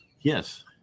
Yes